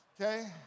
Okay